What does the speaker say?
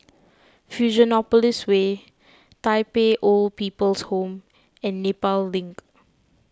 Fusionopolis Way Tai Pei Old People's Home and Nepal Link